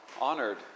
honored